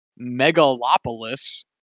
Megalopolis